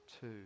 two